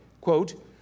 quote